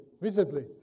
visibly